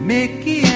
Mickey